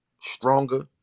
stronger